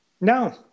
no